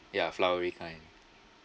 ya flowery kind